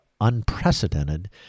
unprecedented